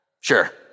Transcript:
Sure